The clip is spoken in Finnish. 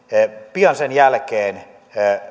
pian sen jälkeen